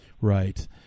Right